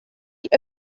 die